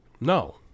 No